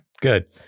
Good